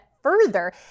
Further